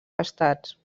estats